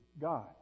God